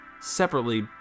separately